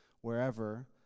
wherever